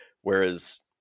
Whereas